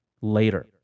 later